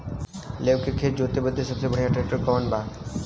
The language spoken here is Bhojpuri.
लेव के खेत जोते बदे सबसे बढ़ियां ट्रैक्टर कवन बा?